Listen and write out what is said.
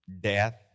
death